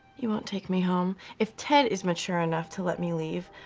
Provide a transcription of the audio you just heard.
you won't take me home. if ted is mature enough to let me leave,